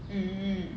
mm